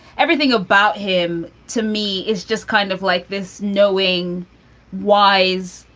everything about him to me is just kind of like this, knowing wise,